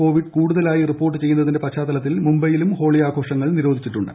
Covid കൂടുതലായി report ചെയ്യുന്നതിന്റെ പശ്ചാത്തലത്തിൽ മുംബൈയിലും ഹോളി ആഘോഷങ്ങൾ ന്യൂരോധിച്ചിട്ടുണ്ട്